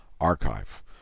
archive